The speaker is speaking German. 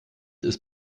ist